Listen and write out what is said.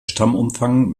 stammumfang